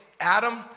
Adam